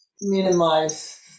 minimize